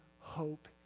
hope